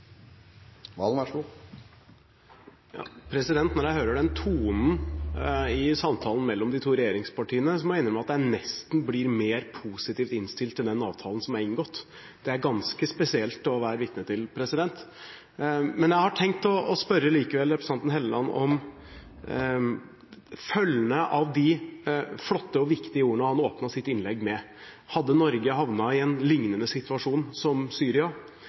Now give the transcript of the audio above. Når jeg hører den tonen i samtalen mellom de to regjeringspartiene, må jeg innrømme at jeg nesten blir mer positivt innstilt til den avtalen som er inngått. Det er det ganske spesielt å være vitne til. Jeg har likevel tenkt å spørre representanten Helleland om følgene av de flotte og viktige ordene han åpnet sitt innlegg med. Hadde Norge havnet i en lignende situasjon som Syria